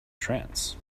trance